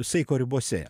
saiko ribose